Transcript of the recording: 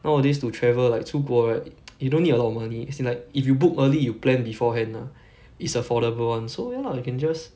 nowadays to travel like 出国 right you don't need a lot of money as in like if you book early you plan beforehand ah is affordable [one] so ya lah you can just